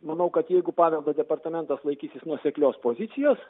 manau kad jeigu paveldo departamentas laikysis nuoseklios pozicijos